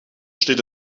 steht